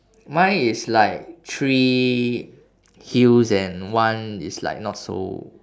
mine is like three hills and one it's like not so